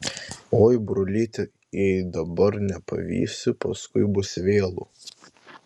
oi brolyti jei dabar nepavysi paskui bus vėlu